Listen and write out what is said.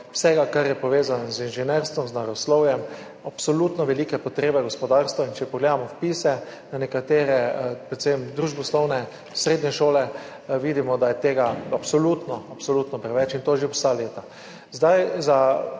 vsega, kar je povezano z inženirstvom, z naravoslovjem, absolutno so velike potrebe v gospodarstvu, in če pogledamo vpise na nekatere, predvsem družboslovne srednje šole, vidimo, da je tega absolutno preveč. Tako je že vsa leta. Zdaj pa